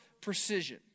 precision